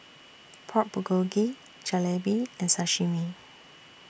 Pork Bulgogi Jalebi and Sashimi